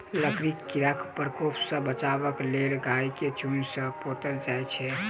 लकड़ीक कीड़ाक प्रकोप सॅ बचबाक लेल गाछ के चून सॅ पोतल जाइत छै